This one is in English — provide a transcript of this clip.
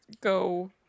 go